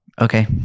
Okay